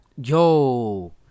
Yo